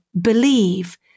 Believe